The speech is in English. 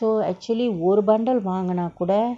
so actually ஒரு:oru bundle வாங்குனா கூட:vaanguna kooda